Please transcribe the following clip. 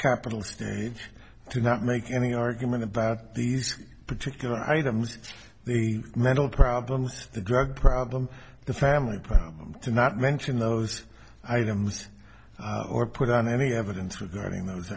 capitol state to not make any argument about these particular items the mental problem with the drug problem the family problem to not mention those items or put on any evidence regarding those